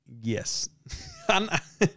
Yes